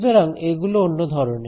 সুতরাং এগুলো অন্য ধরনের